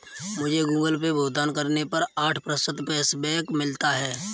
मुझे Google Pay भुगतान करने पर आठ प्रतिशत कैशबैक मिला है